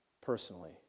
personally